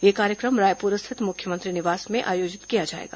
यह कार्यक्रम रायपुर स्थित मुख्यमत्री निवास में आयोजित किया जाएगा